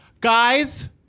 Guys